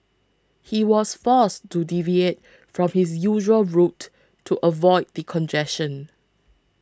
he was forced to deviate from his usual route to avoid the congestion